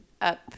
up